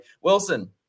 Wilson